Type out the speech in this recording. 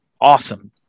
awesome